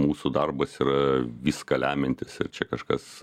mūsų darbas yra viską lemiantis ir čia kažkas